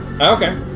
okay